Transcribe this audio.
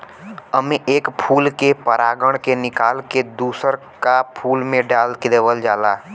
एमे एक फूल के परागण के निकाल के दूसर का फूल में डाल देवल जाला